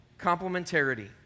complementarity